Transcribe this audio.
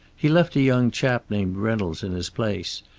he left a young chap named reynolds in his place,